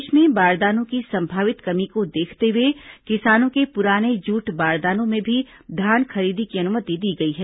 प्रदेश में बारदानों की संभावित कमी को देखते हुए किसानों के पुराने जूट बारदानों में भी धान खरीदी की अनुमति दी गई है